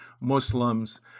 Muslims